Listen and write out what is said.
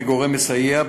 כגורם מסייע,